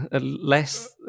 less